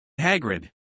Hagrid